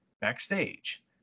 backstage